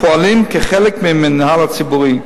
הפועלים כחלק מהמינהל הציבורי.